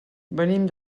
venim